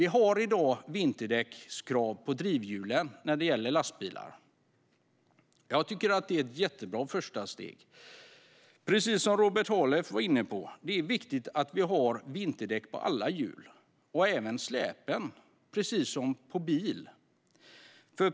Vi har i dag krav på vinterdäck på drivhjulen när det gäller lastbilar. Jag tycker att det är ett jättebra första steg. Precis som Robert Halef var inne på är det viktigt att vi har vinterdäck på alla hjul och även på släpen, precis som för bil.